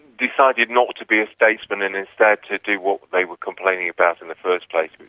decided not to be a statesman and instead to do what they were complaining about in the first place,